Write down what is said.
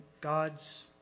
God's